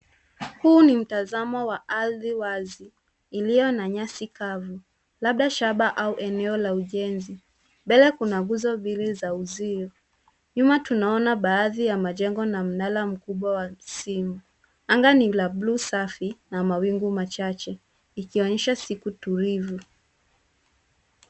Huu ni mtazamo wa ardhi wazi, iliyo na nyasi kavu, labda shamba au eneo la ujenzi. Mbele kuna nguzo mbili za uzio. Nyuma tunaona baadhi ya majengo na mnara mkubwa wa simu. Anga ni la bluu safi, na mawingu machache. Ikionyesha siku tulivu.